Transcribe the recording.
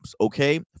Okay